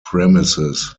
premises